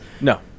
No